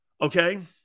Okay